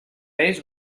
ells